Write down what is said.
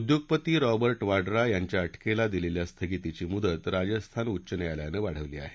उद्योगपती रॉबा वाड्रा यांच्या अ िकला दिलेल्या स्थगितीची मुदत राजस्थान उच्च न्यायालयानं वाढवली आहे